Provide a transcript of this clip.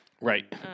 Right